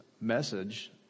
message